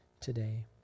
today